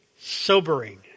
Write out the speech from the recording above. sobering